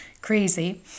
crazy